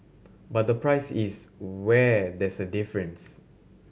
but the price is where there's a difference